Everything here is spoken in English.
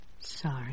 sorry